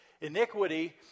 Iniquity